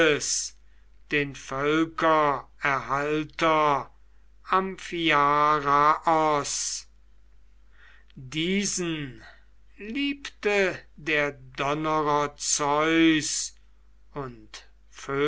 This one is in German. den völkererhalter amphiaraos diesen liebte der donnerer zeus und